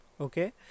Okay